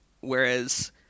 whereas